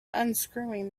unscrewing